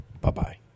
Bye-bye